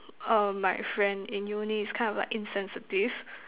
err my friend in Uni is kind of like insensitive